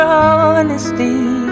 honesty